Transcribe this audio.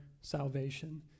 salvation